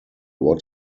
what